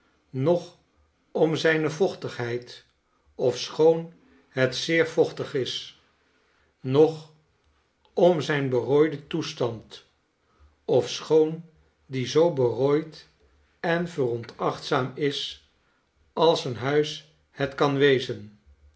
noch om zijne vochtigheid ofschoon het zeer vochtig is noch om zijn berooiden toestand ofschoon die zoo berooid en veronachtzaamd is als een huis het kan wezen